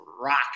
rock